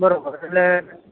બરોબર એટલે